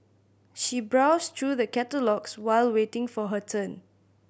she browsed through the catalogues while waiting for her turn